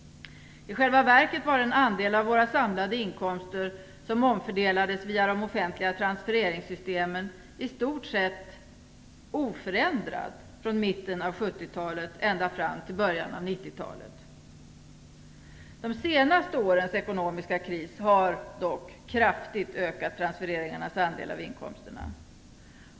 I själva verket var den andel av våra samlade inkomster, som omfördelades via de offentliga transfereringssystemen, i stort sett oförändrad från mitten av 70-talet ända fram till början av 90-talet. De senaste årens ekonomiska kris har dock kraftigt ökat transfereringarnas andel av inkomsterna.